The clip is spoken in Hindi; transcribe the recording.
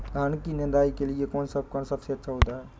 धान की निदाई के लिए कौन सा उपकरण सबसे अच्छा होता है?